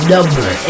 Number